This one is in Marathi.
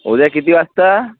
उद्या किती वाजता